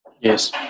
Yes